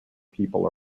people